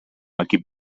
equip